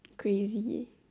crazy